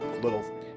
little